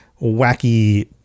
wacky